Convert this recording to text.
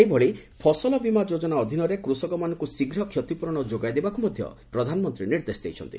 ସେହିଭଳି ଫସଲ ବୀମା ଯୋଜନା ଅଧୀନରେ କୃଷକମାନଙ୍କୁ ଶୀଘ୍ର କ୍ଷତିପୂରଣ ଯୋଗାଇ ଦେବାକୁ ମଧ୍ୟ ପ୍ରଧାନମନ୍ତ୍ରୀ ନିର୍ଦ୍ଦେଶ ଦେଇଛନ୍ତି